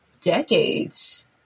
decades